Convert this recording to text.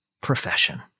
profession